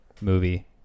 movie